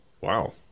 Wow